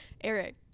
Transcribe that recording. Eric